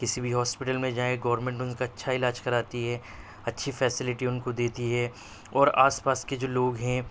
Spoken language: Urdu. کسی بھی ہاسپٹل میں جائیں گورمنٹ ان کا اچھا علاج کراتی ہے اچھی فیسلٹی ان کو دیتی ہے اور آس پاس کے جو لوگ ہیں